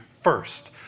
first